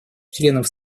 членов